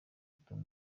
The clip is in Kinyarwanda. bitanu